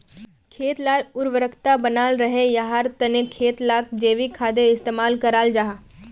खेत लार उर्वरता बनाल रहे, याहार तने खेत लात जैविक खादेर इस्तेमाल कराल जाहा